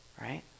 right